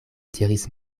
diris